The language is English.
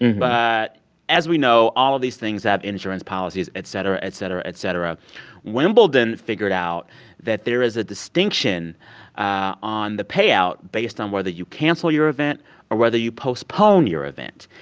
but as we know, all of these things have insurance policies, et cetera, et cetera, et et cetera wimbledon figured out that there is a distinction on the payout based on whether you cancel your event or whether you postpone postpone your event.